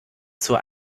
zur